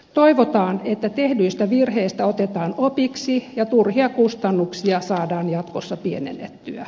toivotaan että tehdyistä virheistä otetaan opiksi ja turhia kustannuksia saadaan jatkossa pienennettyä